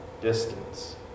distance